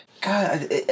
God